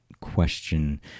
question